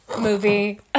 movie